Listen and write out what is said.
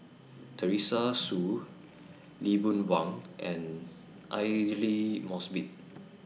Teresa Hsu Lee Boon Wang and Aidli Mosbit